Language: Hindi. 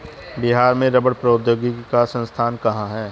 बिहार में रबड़ प्रौद्योगिकी का संस्थान कहाँ है?